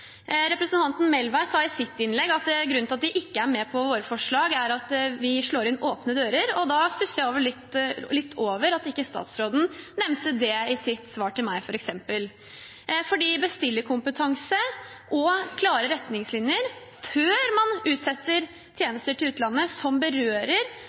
Representanten Melvær sa i sitt innlegg at grunnen til at de ikke er med på våre forslag, er at vi slår inn åpne dører. Da stusser jeg litt over at statsråden ikke nevnte det i sitt svar til meg. Bestillerkompetanse og klare retningslinjer før man